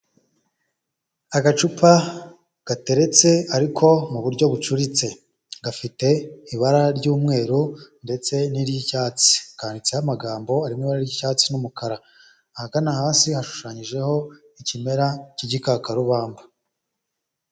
Agacupa gateretse ariko mu buryo bucuritse, gafite ibara ry'umweru ndetse ni iry’cyatsi, kanditseho amagambo ari m’ibara ry'icyatsi n'umukara, ahagana hasi hashushanyijeho ikimera k’igikakarubamba.